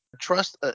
Trust